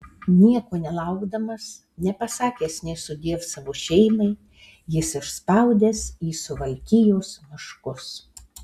nieko nelaukdamas nepasakęs nė sudiev savo šeimai jis išspaudęs į suvalkijos miškus